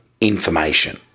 information